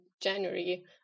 January